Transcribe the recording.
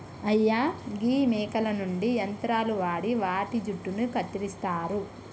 అయ్యా గీ మేకల నుండి యంత్రాలు వాడి వాటి జుట్టును కత్తిరిస్తారు